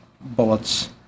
bullets